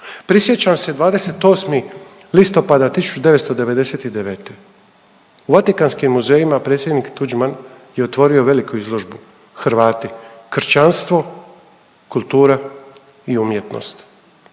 Prisjećam se 28. listopada 1999. u Vatikanskim muzejima predsjednik Tuđman je otvorio veliku izložbu Hrvati, kršćanstvo, kultura i umjetnost.